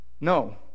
No